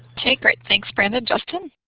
okay, great, thanks, brandon. justin.